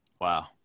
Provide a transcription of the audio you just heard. wow